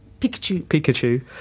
Pikachu